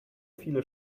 viele